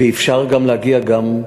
ואפשר להגיע גם,